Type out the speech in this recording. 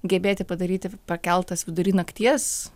gebėti padaryti pakeltas vidury nakties